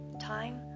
time